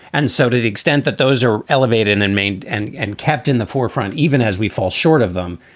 and so to the extent that those are elevated and made and and kept in the forefront, even as we fall short of them,